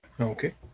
Okay